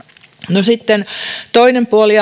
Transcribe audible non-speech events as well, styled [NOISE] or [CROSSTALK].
no sitten toinen puoli [UNINTELLIGIBLE]